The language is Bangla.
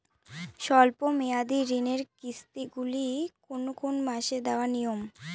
স্বল্প মেয়াদি ঋণের কিস্তি গুলি কোন কোন মাসে দেওয়া নিয়ম?